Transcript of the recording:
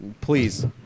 please